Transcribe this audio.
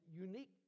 unique